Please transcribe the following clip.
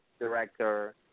director